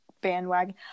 bandwagon